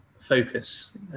focus